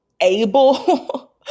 able